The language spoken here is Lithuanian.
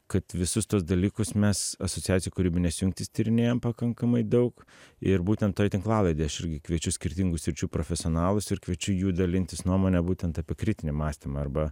kad visus tuos dalykus mes asociacijoj kūrybinės jungtys tyrinėjam pakankamai daug ir būtent toj tinklalaidėj aš irgi kviečiu skirtingų sričių profesionalus ir kviečiu jų dalintis nuomone būtent apie kritinį mąstymą arba